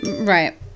Right